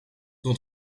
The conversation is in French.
ton